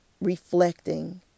reflecting